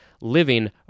Living